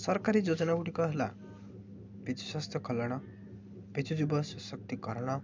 ସରକାରୀ ଯୋଜନାଗୁଡ଼ିକ ହେଲା ବିଜୁ ସ୍ୱାସ୍ଥ୍ୟ କଲ୍ୟାଣ ବିଜୁ ଯୁବ ସଶକ୍ତିକରଣ